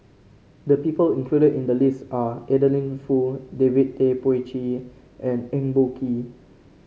the people included in the list are Adeline Foo David Tay Poey Cher and Eng Boh Kee